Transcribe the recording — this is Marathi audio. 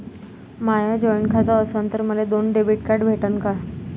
माय जॉईंट खातं असन तर मले दोन डेबिट कार्ड भेटन का?